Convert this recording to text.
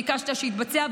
ביקשת שיתבצע,